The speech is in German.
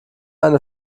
eine